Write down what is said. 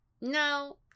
no